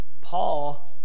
Paul